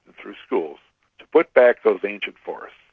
through schools, to put back those ancient forests.